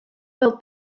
fel